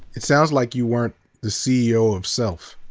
it sounds like you weren't the ceo of self.